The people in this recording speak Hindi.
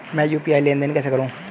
मैं यू.पी.आई लेनदेन कैसे करूँ?